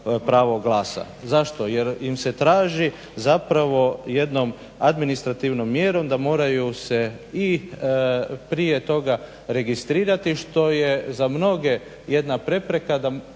pravo glasa. Zašto? Jer im se traži zapravo jednom administrativnom mjerom da moraju se i prije toga registrirati što je za mnoge jedna prepreka.